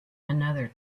another